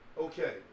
Okay